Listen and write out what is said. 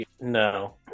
No